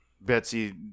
Betsy